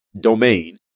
domain